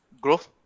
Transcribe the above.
growth